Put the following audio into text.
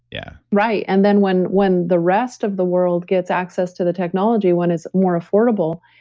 yeah right and then when when the rest of the world gets access to the technology when it's more affordable,